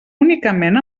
únicament